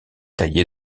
taillé